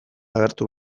agertu